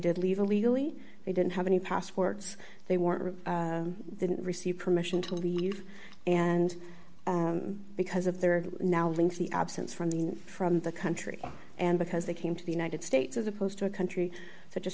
did leave illegally they didn't have any passports they were didn't receive permission to leave and because of their now links the absence from the from the country and because they came to the united states as opposed to a country such as